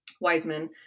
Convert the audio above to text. Wiseman